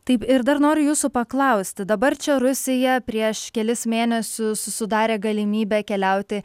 taip ir dar noriu jūsų paklausti dabar čia rusija prieš kelis mėnesius sudarė galimybę keliauti